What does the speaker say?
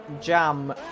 Jam